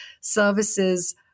services